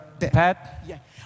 Pat